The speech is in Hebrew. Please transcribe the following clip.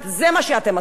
ונורא צר לי,